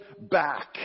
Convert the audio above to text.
back